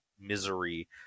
misery